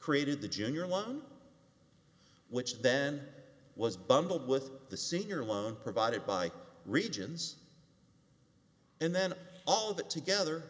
created the junior one which then was bundled with the senior loan provided by regions and then all of that together